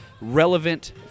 relevant